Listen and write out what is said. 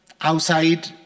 outside